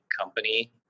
company